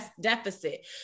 deficit